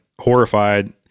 horrified